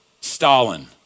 Stalin